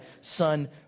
Son